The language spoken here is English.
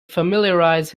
familiarize